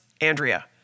Andrea